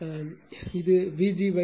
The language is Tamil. இது Vg√R g RL 2 x g 2